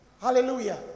Hallelujah